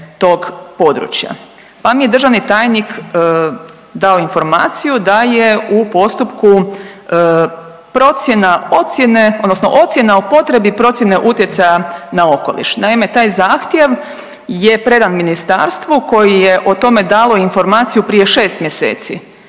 tog područja. Pa mi je državni tajnik dao informaciju da je u postupku procjena ocjene odnosno ocjena o potrebi procjene utjecaja na okoliš. Naime, taj zahtjev je predan ministarstvu koji je o tome dalo informaciju prije 6 mjeseci,